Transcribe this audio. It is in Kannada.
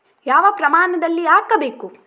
ಯಾವ ಪ್ರಮಾಣದಲ್ಲಿ ಹಾಕಬೇಕು?